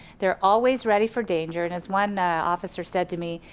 they're always ready for danger and as one officer said to me,